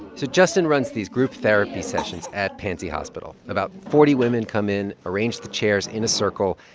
so justin runs these group therapy sessions at panzi hospital. about forty women come in, arrange the chairs in a circle.